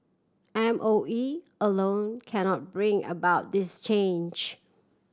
M O E alone cannot bring about this change